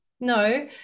no